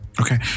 Okay